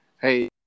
hey